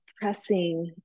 pressing